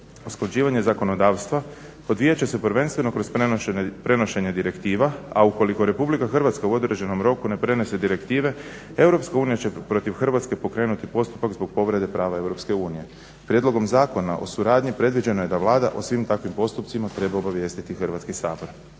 Usklađivanje zakonodavstva odvijat će se prvenstveno kroz prenošenje direktiva, a ukoliko Republika Hrvatska u određenom roku ne prenese direktive EU će protiv Hrvatske pokrenuti postupak zbog povrede prava EU. Prijedlogom zakona o suradnji predviđeno je da Vlada o svim takvim postupcima treba obavijestiti Hrvatski sabor.